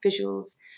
visuals